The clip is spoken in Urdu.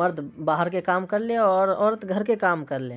مرد باہر کے کام کر لے اور عورت گھر کے کام کر لے